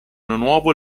nuovo